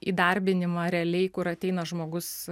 įdarbinimą realiai kur ateina žmogus